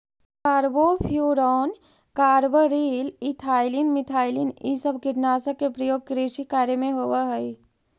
carbofuran, carbaryl, ethylene, methylene इ सब कीटनाशक के प्रयोग कृषि कार्य में होवऽ हई